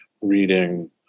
reading